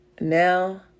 now